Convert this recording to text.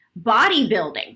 bodybuilding